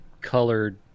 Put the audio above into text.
colored